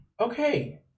Okay